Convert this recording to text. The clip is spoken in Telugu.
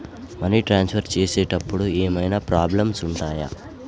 మనీ ట్రాన్స్ఫర్ చేసేటప్పుడు ఏమైనా ప్రాబ్లమ్స్ ఉంటయా?